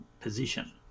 position